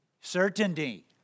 Certainty